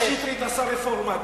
אחרי ששטרית עשה רפורמה,